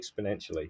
exponentially